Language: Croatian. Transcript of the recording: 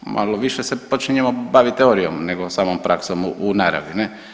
Malo više se počinjemo baviti teorijom nego samom praksom u naravi, ne?